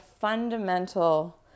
fundamental